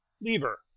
Lever